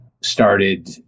started